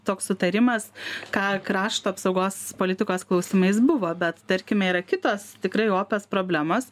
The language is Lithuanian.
toks sutarimas ką krašto apsaugos politikos klausimais buvo bet tarkime yra kitos tikrai opios problemos